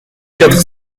quatre